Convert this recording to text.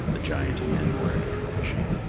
the giant men were again fishing.